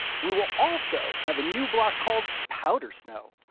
we will also have a new block called powder snow,